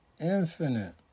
Infinite